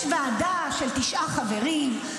יש ועדה של תשעה חברים,